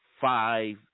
five